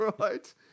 right